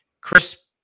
Chris